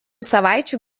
savaičių